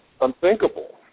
unthinkable